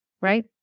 Right